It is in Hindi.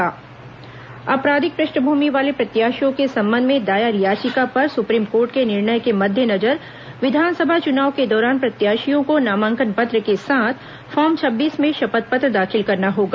निर्वाचन शपथ पत्र आपराधिक पृष्ठभूमि वाले प्रत्याशियों के संबंध में दायर याचिका पर सुप्रीम कोर्ट के निर्णय के मद्देनजर विधानसभा चुनाव के दौरान प्रत्याशियों को नामांकन पत्र के साथ फॉर्म छब्बीस में शपथ पत्र दाखिल करना होगा